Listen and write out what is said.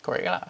correct lah